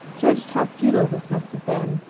judged how futile this must have been.